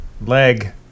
Leg